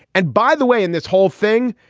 and by the way, in this whole thing,